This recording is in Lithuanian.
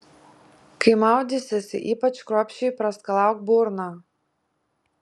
kai maudysiesi ypač kruopščiai praskalauk burną